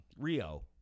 Rio